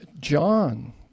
John